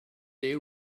they